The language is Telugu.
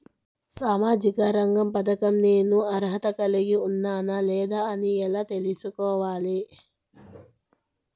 సామాజిక రంగ పథకం నేను అర్హత కలిగి ఉన్నానా లేదా అని ఎలా తెల్సుకోవాలి?